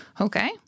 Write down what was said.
Okay